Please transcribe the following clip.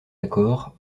accord